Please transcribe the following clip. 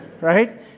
Right